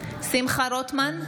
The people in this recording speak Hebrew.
שמחה רוטמן,